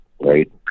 right